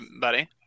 buddy